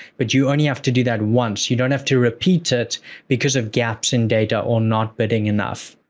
but you only have to do that once. you don't have to repeat it because of gaps in data or not bidding enough.